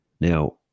Now